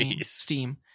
Steam